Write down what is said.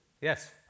Yes